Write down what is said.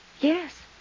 yes